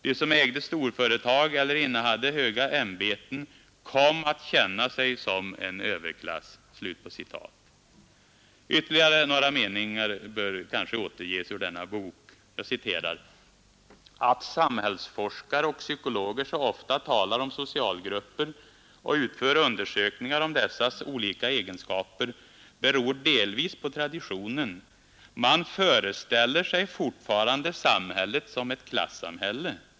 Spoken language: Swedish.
De som ägde storföretag eller innehade höga ämbeten kom att känna sig som en överklass.” Ytterligare några meningar bör kanske återges ur denna bok: ”Att samhällsforskare och psykologer så ofta talar om socialgrupper och utför undersökningar om dessas olika egenskaper, beror delvis på traditionen. Man föreställer sig fortfarande samhället som ett klassamhälle.